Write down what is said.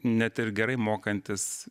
net ir gerai mokantis